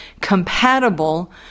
compatible